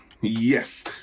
Yes